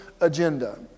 agenda